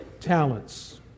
talents